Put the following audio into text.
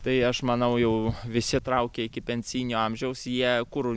tai aš manau jau visi traukia iki pensijinio amžiaus jie kur